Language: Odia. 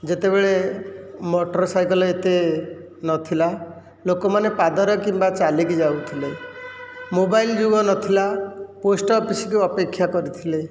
ଯେତେବେଳେ ମୋଟରସାଇକେଲ ଏତେ ନଥିଲା ଲୋକମାନେ ପାଦରେ କିମ୍ବା ଚାଲିକି ଯାଉଥିଲେ ମୋବାଇଲ ଯୁଗ ନଥିଲା ପୋଷ୍ଟ ଅଫିସକୁ ଅପେକ୍ଷା କରିଥିଲେ